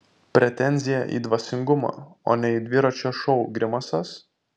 pretenzija į dvasingumą o ne į dviračio šou grimasas